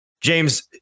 James